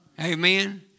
Amen